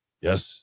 yes